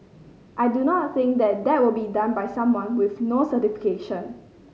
I do not think that that will be done by someone with no certification